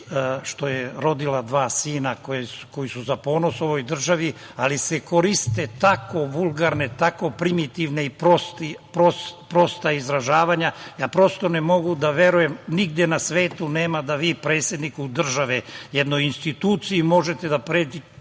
je rodila dva sina koja su za ponos ovoj državi, ali se koriste tako vulgarna, primitivna i prosta izražavanja, da prosto ne mogu da verujem. Nigde na svetu nema da vi predsedniku države, jednoj instituciji možete da pretite